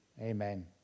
Amen